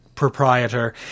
proprietor